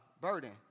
burden